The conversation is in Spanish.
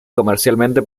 comercialmente